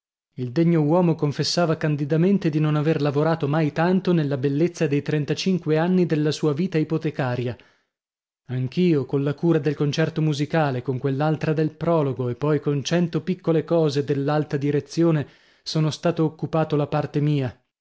il degno uomo confessava candidamente di non aver lavorato mai tanto nella bellezza dei trentacinque anni della sua vita ipotecaria anch'io colla cura del concerto musicale con quell'altra del prologo e poi con cento piccole cose dell'alta direzione sono stato occupato la parte mia